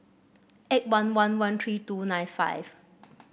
eight one one one three two nine five